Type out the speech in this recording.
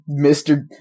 Mr